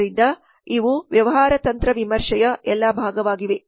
ಆದ್ದರಿಂದ ಇದು ವ್ಯವಹಾರ ತಂತ್ರ ವಿಮರ್ಶೆಯ ಎಲ್ಲಾ ಭಾಗವಾಗಿದೆ